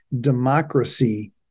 democracy